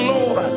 Lord